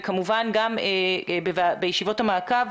וכמובן גם בישיבות המעקב,